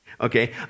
okay